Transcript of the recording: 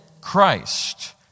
Christ